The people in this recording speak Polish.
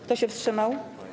Kto się wstrzymał?